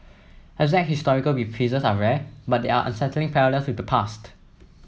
exact historical reprises are rare but there are unsettling parallels with the past